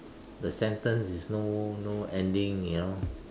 the sentence is no no ending you know